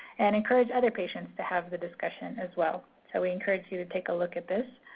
and encouraged other patients to have the discussion as well. so we encourage you to take a look at this,